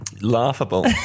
Laughable